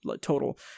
total